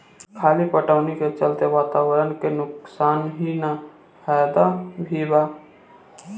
खली पटवनी के चलते वातावरण के नुकसान ही ना फायदा भी बा